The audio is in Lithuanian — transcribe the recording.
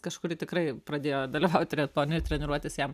kažkuri tikrai pradėjo dalyvaut triatlone treniruotis jam